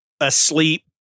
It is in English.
asleep